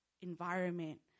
environment